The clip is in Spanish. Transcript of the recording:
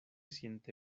siente